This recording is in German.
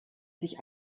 sich